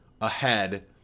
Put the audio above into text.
ahead